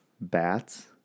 Bats